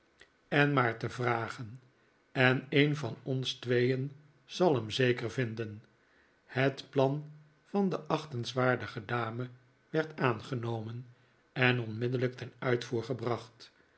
en maar te vragen en een van ons tweeen zal hem zeker vinden het plan van de achtenswaardige dame werd aangenomen en onmiddellijk ten uitvoer gebracht